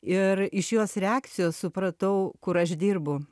ir iš jos reakcijos supratau kur aš dirbu